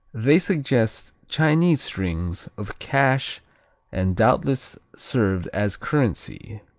they suggest chinese strings of cash and doubtless served as currency,